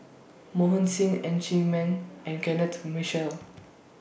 Mohan Singh Ng Chee Meng and Kenneth Mitchell